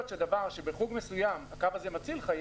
אל תמשיך, אל תמתח.